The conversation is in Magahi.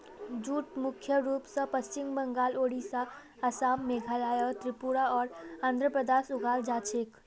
जूट मुख्य रूप स पश्चिम बंगाल, ओडिशा, असम, मेघालय, त्रिपुरा आर आंध्र प्रदेशत उगाल जा छेक